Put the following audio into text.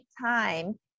time